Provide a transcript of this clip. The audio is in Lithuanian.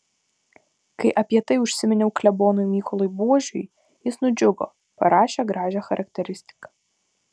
kai apie tai užsiminiau klebonui mykolui buožiui jis nudžiugo parašė gražią charakteristiką